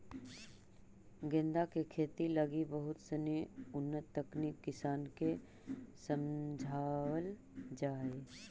गेंदा के खेती लगी बहुत सनी उन्नत तकनीक किसान के समझावल जा हइ